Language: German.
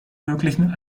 möglichen